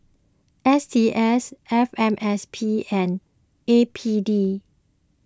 S T S F M S P and A P D